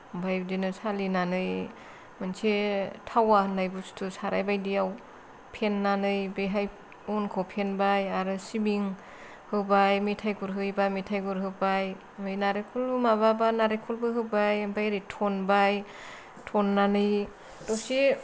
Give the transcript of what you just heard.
ओमफाय बिदिनो सालिनानै मोनसे थावा होननाय बुस्थु साराय बायदियाव फेननानै बेहाय अनखौ फेनबाय आरो सिबिं होबाय मेथाय गुर होबाय मेथाय गुर होबाय ओमफाय नालेंखर माबाबा नालेंखरबो होबाय ओमफाय ओरै थनबाय थननानै दसे